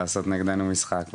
לעשות נגדנו משחק.